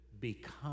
become